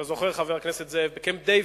אתה זוכר, חבר הכנסת זאב, בקמפ-דייוויד,